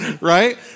right